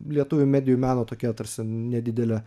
lietuvių medijų meno tokia tarsi nedidelė